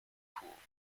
pool